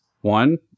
One